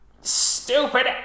Stupid